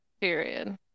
period